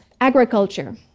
Agriculture